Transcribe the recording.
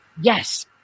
Yes